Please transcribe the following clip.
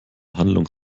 handlung